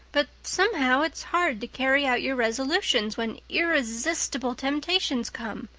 but somehow it's hard to carry out your resolutions when irresistible temptations come.